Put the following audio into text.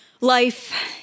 Life